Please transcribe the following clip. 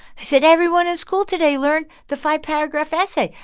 he said, everyone at school today learned the five-paragraph essay,